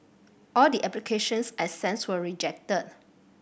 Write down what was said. all the applications I sends were rejected